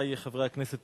חברי חברי הכנסת,